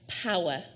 power